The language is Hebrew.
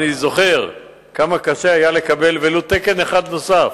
אני זוכר כמה קשה היה לקבל ולו תקן אחד נוסף,